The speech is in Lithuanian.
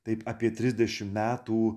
taip apie trisdešim metų